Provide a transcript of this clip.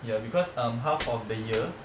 ya because um half of the year